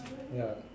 ya